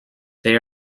they